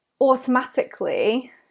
automatically